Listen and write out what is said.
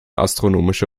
astronomische